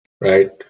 right